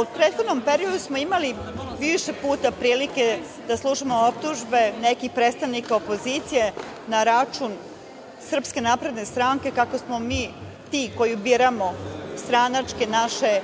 u prethodnom periodu smo imali više puta prilike da slušamo optužbe nekih predstavnika opozicije na račun SNS kako smo mi ti koji biramo stranačke naše